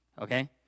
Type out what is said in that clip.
Okay